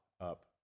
up